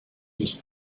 nicht